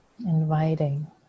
Inviting